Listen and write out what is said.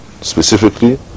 specifically